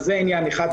זה עניין אחד.